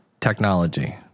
technology